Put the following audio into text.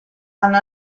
hanno